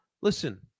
listen